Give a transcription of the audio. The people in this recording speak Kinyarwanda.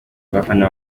bafana